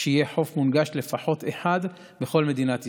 יהיה חוף מונגש לפחות אחד, בכל מדינת ישראל.